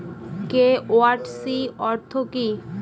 KYC অর্থ কি?